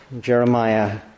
Jeremiah